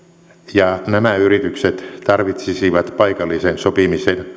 ja nämä yritykset tarvitsisivat paikallisen sopimisen